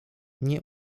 nie